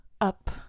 up